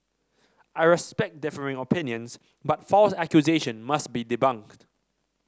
I respect differing opinions but false accusation must be debunked